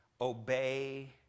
obey